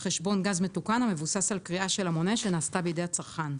חשבון גז מתוקן המבוסס על קריאה של המונה שנעשתה בידי הצרכן.